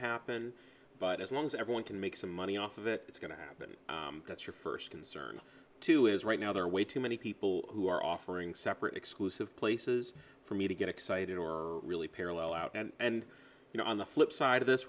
happen but as long as everyone can make some money off of it it's going to happen that's your first concern too is right now there are way too many people who are offering separate exclusive places for me to get excited or really parallel out and you know on the flip side of this